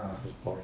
a bit boring